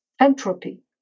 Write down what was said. Entropy